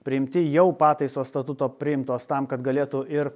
priimti jau pataisos statuto priimtos tam kad galėtų ir